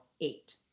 eight